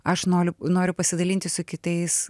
aš noriu noriu pasidalinti su kitais